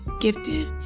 gifted